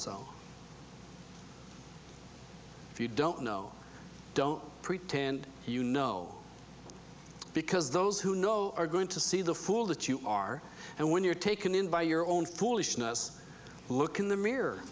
so if you don't know don't pretend you know because those who know are going to see the fool that you are and when you're taken in by your own foolishness look in the mirror